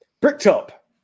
Bricktop